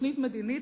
תוכנית מדינית.